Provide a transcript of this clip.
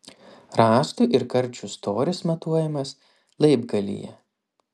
rąstų ir karčių storis matuojamas laibgalyje